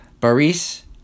Baris